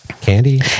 candy